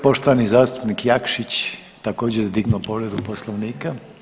Poštovani zastupnik Jakšić također je dignuo povredu Poslovnika.